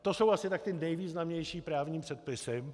To jsou asi tak ty nejvýznamnější právní předpisy.